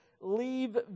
Leave